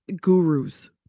gurus